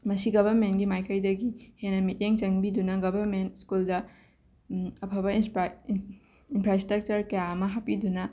ꯃꯁꯤ ꯒꯚꯔꯃꯦꯟꯒꯤ ꯃꯥꯏꯀꯩꯗꯒꯤ ꯍꯦꯟꯅ ꯃꯤꯠꯌꯦꯡ ꯆꯪꯕꯤꯗꯨꯅ ꯒꯚꯔꯃꯦꯟ ꯁ꯭ꯀꯨꯜꯗ ꯑꯐꯕ ꯏꯟꯁꯄꯥꯏ ꯏꯟꯐ꯭ꯔꯥꯏꯁꯇ꯭ꯔꯛꯆꯔ ꯀꯌꯥ ꯑꯃ ꯍꯥꯞꯄꯤꯗꯨꯅ